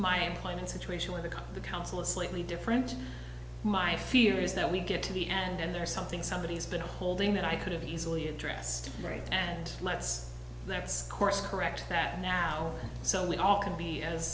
my employment situation with the council is slightly different my fear is that we get to the end there something somebody has been holding that i could have easily addressed right and let's let's course correct that now so we all can be as